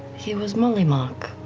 he was mollymauk.